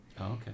okay